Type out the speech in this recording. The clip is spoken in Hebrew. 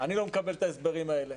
אני לא מקבל את ההסברים האלה.